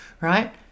right